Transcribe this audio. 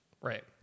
right